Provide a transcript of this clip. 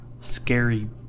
scary